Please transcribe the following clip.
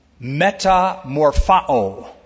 metamorphao